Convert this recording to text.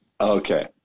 Okay